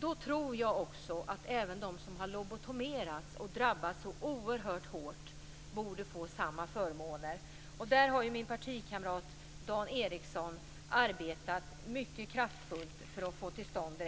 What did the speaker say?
Då tror jag också att även de som har lobotomerats, och drabbats så oerhört hårt, borde få samma förmåner. Det har min partikamrat Dan Ericsson arbetat mycket kraftfullt för att få till stånd.